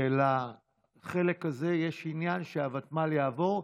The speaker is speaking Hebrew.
ולחלק הזה יש עניין שהוותמ"ל יעבור,